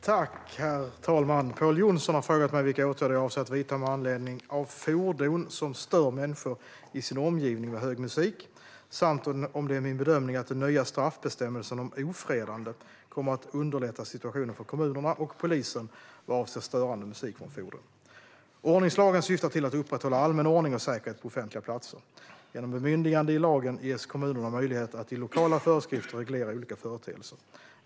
Herr talman! Pål Jonson har frågat mig vilka åtgärder jag avser att vidta med anledning av fordon som stör människor i sin omgivning med hög musik samt om det är min bedömning att den nya straffbestämmelsen om ofredande kommer att underlätta situationen för kommunerna och polisen vad avser störande musik från fordon. Ordningslagen syftar till att upprätthålla allmän ordning och säkerhet på offentliga platser. Genom bemyndigande i lagen ges kommunerna möjlighet att i lokala föreskrifter reglera olika företeelser.